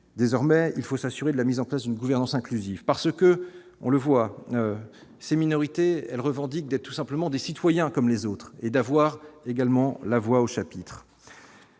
désormais, il faut s'assurer de la mise en place d'une gouvernance inclusive parce que, on le voit, ces minorités, elle revendique d'être tout simplement des citoyens comme les autres et d'avoir également la voix au chapitre.